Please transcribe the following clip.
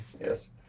Yes